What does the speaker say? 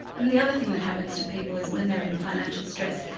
and the other thing that happens to people is when they're in financial stress,